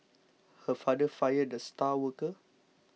her father fired the star worker